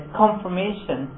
confirmation